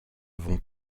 vont